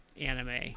anime